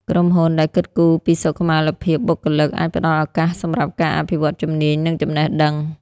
ក្រុមហ៊ុនដែលគិតគូរពីសុខុមាលភាពបុគ្គលិក អាចផ្ដល់ឱកាសសម្រាប់ការអភិវឌ្ឍន៍ជំនាញ និងចំណេះដឹង។